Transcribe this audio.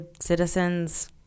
citizens